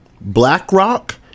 BlackRock